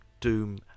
doom